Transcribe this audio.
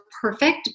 perfect